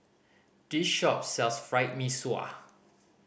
this shop sells Fried Mee Sua